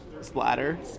Splatter